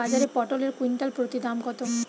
বাজারে পটল এর কুইন্টাল প্রতি দাম কত?